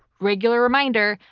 regular reminder.